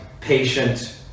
patient